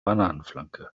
bananenflanke